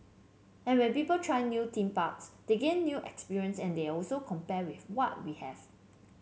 and when people try new theme parks they gain new experience and they always compare with what we have